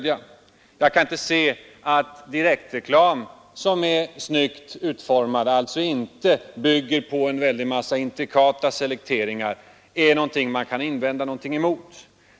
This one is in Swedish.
Jag kan inte se att direktreklam som är snyggt utformad, som alltså inte bygger på intrikata selekteringar, är någonting som man kan ha invändningar emot.